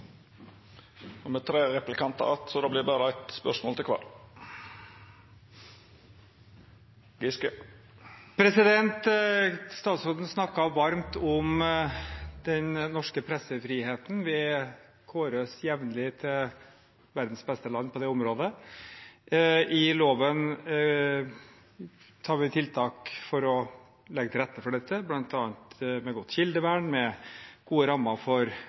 pressefriheten. Norge kåres jevnlig til verdens beste land på det området. I loven har vi tiltak for å legge til rette for dette, bl.a. med godt kildevern og med gode rammer for